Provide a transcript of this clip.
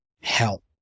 help